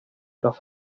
los